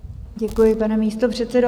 Děkuji, pane místopředsedo.